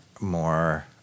more